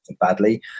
badly